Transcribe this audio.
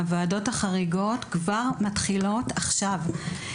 הוועדות החריגות מתחילות כבר עכשיו.